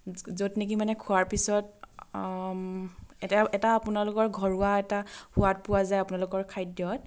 য'ত নেকি মানে খোৱাৰ পিছত এটা এটা আপোনালোকৰ ঘৰুৱা এটা সোৱাদ পোৱা যায় আপোনালোকৰ খাদ্যত